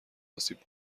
آسیب